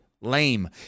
Lame